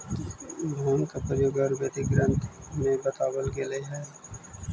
भाँग के प्रयोग आयुर्वेदिक ग्रन्थ में बतावल गेलेऽ हई